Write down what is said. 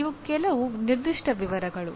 ಇವು ಕೆಲವು ನಿರ್ದಿಷ್ಟ ವಿವರಗಳು